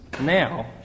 now